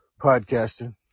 podcasting